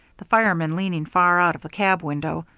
the fireman leaning far out of the cab window,